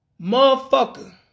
motherfucker